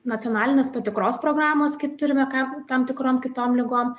nacionalinės patikros programos kaip turime ką tam tikrom kitom ligom